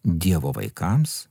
dievo vaikams